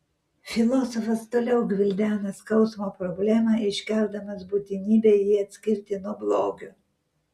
filosofas toliau gvildena skausmo problemą iškeldamas būtinybę jį atskirti nuo blogio